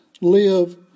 live